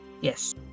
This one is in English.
Yes